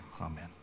Amen